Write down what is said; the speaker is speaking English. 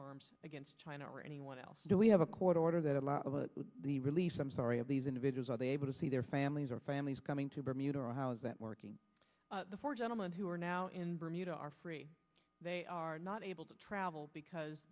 arms against china or anyone else do we have a court order that allows the release i'm sorry of these individuals are they able to see their families or families coming to bermuda or how is that working the four gentlemen who are now in bermuda are free they are not able to travel because